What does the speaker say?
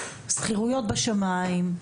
שכירויות בשמיים,